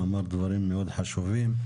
אמרת דברים מאוד חשובים.